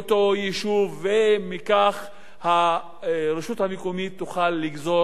ומכך הרשות המקומית תוכל לגזור הכנסות